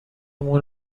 مون